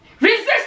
resist